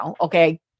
okay